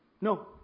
no